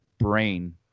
brain